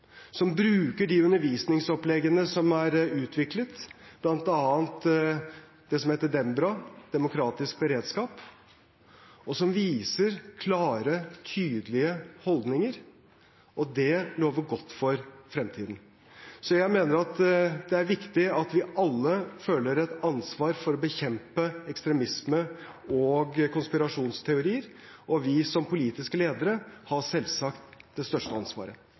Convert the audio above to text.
som bruker de undervisningsoppleggene som er utviklet, bl.a. det som heter Dembra, Demokratisk beredskap mot rasisme, antisemittisme og udemokratiske holdninger, og som viser klare og tydelige holdninger. Det lover godt for fremtiden. Jeg mener det er viktig at vi alle føler et ansvar for å bekjempe ekstremisme og konspirasjonsteorier, og vi som er politiske ledere, har selvsagt det største ansvaret.